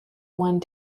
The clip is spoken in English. one